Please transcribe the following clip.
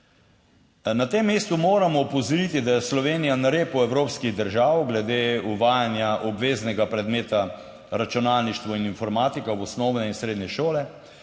Na tem mestu moram opozoriti, da je Slovenija na repu evropskih držav glede uvajanja obveznega predmeta računalništvo in informatika v osnovne in srednje šole,